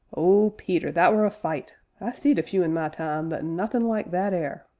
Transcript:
oh, peter! that were a fight! i've seed a few in my time, but nothin' like that ere.